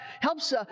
helps